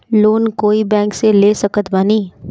Loan कोई bank से ले सकत बानी?